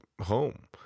home